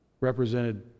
represented